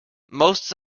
most